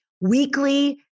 weekly